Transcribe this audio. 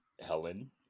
helen